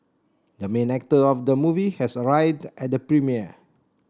the main actor of the movie has arrived at the premiere